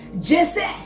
Jesse